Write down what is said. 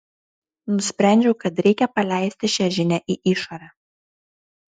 nusprendžiau kad reikia paleisti šią žinią į išorę